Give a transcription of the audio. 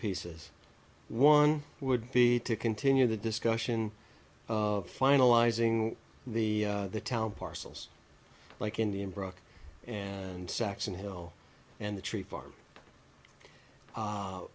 pieces one would be to continue the discussion of finalizing the town parcels like indian broke and saxon hill and the tree farm